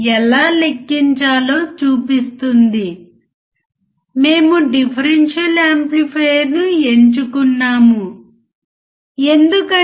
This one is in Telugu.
ఇది ఆటో స్కేల్ చేస్తుంది మరియు మీరు అర్థం చేసుకోవడం చాలా సులభం అవుతుంది